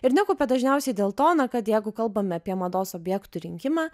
ir nekaupia dažniausiai dėl to na kad jeigu kalbame apie mados objektų rinkimą